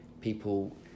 people